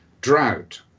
drought